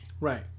Right